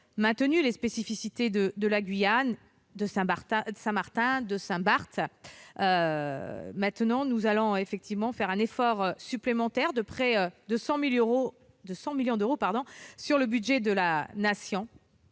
maintien des spécificités de la Guyane, de Saint-Martin et de Saint-Barthélemy. Nous allons consentir un effort supplémentaire de près de 100 millions d'euros sur le budget de la Nation.